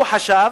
הוא חשב